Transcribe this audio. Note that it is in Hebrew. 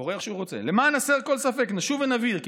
קורא איך שהוא רוצה: "למען הסר כל ספק נשוב ונבהיר כי